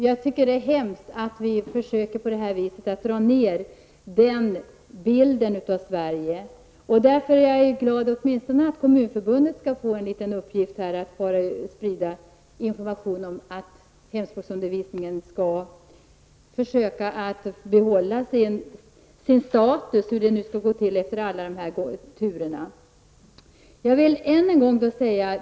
Jag tycker att det är hemskt att vi försöker dra ner den bilden av Sverige på de här viset. Därför är jag åtminstone glad över att Kommunförbundet skall få en liten uppgift att sprida information om att hemspråksundervisning skall försöka behålla sin status -- hur det nu skall gå till efter alla dessa turer.